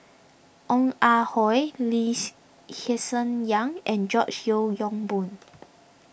Ong Ah Hoi Lee she Hsien Yang and George Yeo Yong Boon